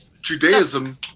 Judaism